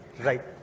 right